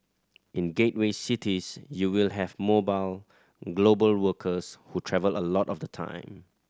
in gateway cities you will have mobile global workers who travel a lot of the time